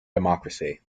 democracy